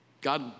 God